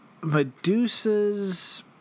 Medusa's